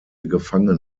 gefangen